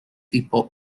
tipo